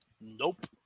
Nope